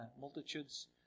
multitudes